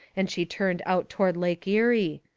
and she turned out toward lake erie.